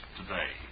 today